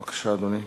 בבקשה, אדוני.